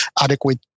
adequate